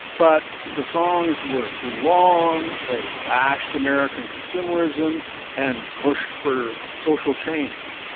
but the songs were too long. they bashed american consumerism and pushed for social change.